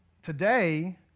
Today